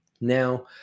Now